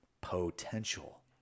potential